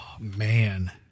man